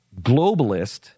Globalist